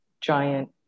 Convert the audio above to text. giant